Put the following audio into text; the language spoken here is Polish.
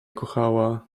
kochała